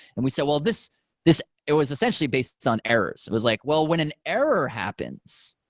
and we said, well, this this it was essentially based on errors. it was like, well, when an error happens,